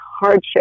hardship